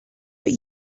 but